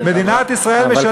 מדינת ישראל משלמת,